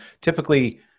typically